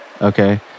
Okay